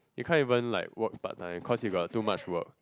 you can't even like work part time cause you got too much work